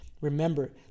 Remember